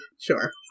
Sure